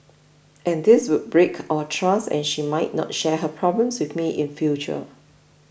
and this would break our trust and she might not share her problems with me in future